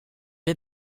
did